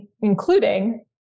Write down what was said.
including